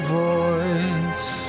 voice